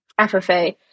FFA